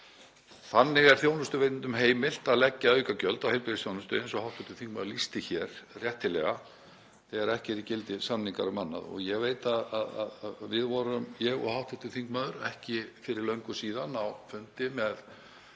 Þannig er þjónustuveitendum heimilt að leggja aukagjöld á heilbrigðisþjónustu, eins og hv. þingmaður lýsti hér réttilega, þegar ekki eru í gildi samningar um annað. Við vorum, ég og hv. þingmaður, ekki fyrir löngu síðan á fundi með